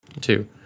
Two